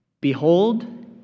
Behold